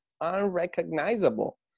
unrecognizable